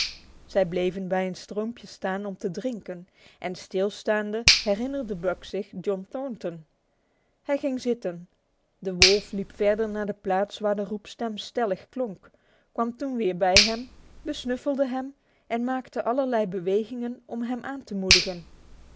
zij bleven bij een stroompje staan om te drinken en stilstaande herinnerde buck zich john thornton hij ging zitten de wolf liep verder naar de plaats waar de roepstem stellig klonk kwam toen weer bij hem besnuffelde hem en maakte allerlei bewegingen om hem aan te moedigen